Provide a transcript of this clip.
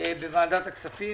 בוועדת הכספים.